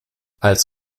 als